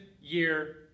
year